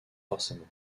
forcément